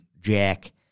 jack